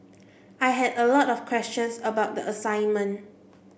I had a lot of questions about the assignment